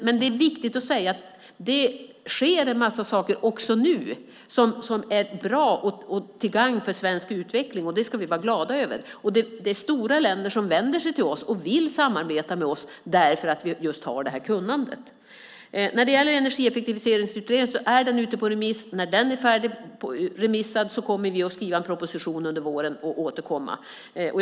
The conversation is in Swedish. Men det är viktigt att säga att det också nu sker en massa saker som är bra och som är till gagn för svensk utveckling. Det ska vi vara glada över. Stora länder vänder sig till oss och vill samarbeta med oss därför att vi har just det här kunnandet. Energieffektiviseringsutredningens betänkande är ute på remiss. När man är färdig med remissbehandlingen kommer vi - under våren - att skriva en proposition och återkomma till detta.